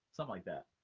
so like that.